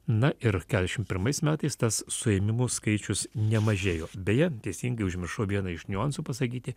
na ir keturiasdešim pirmais metais tas suėmimų skaičius nemažėjo beje teisingai užmiršau vieną iš niuansų pasakyti